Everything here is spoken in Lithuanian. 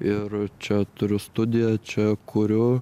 ir čia turiu studiją čia kuriu